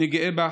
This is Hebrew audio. אני גאה בך.